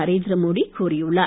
நரேந்திரமோடி கூறியுள்ளார்